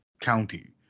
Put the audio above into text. county